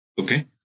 Okay